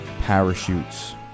Parachutes